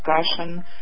discussion